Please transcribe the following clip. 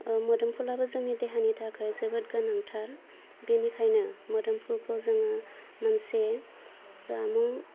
ओह मोदुमफुलाबो जोंनि देहानि थाखाय जोबोद गोनांथार बेनिखायनो मोदोमफुलखौ जोङो मोनसे जामुं